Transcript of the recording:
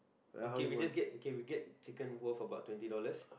okay we just get we get chicken worth about twenty dollars